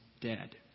dead